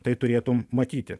tai turėtų matyti